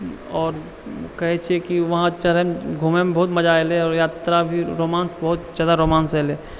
आओर कहै छिए कि वहाँ चढ़ैमे घुमैमे बहुत मजा एलै आओर यात्रा भी रोमान्च बहुत ज्यादा रोमांच एलै